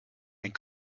and